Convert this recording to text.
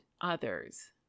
others